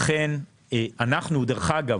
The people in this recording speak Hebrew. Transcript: דרך אגב,